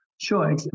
Sure